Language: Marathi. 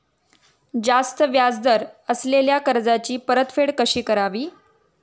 जास्त व्याज दर असलेल्या कर्जाची परतफेड कशी करावी?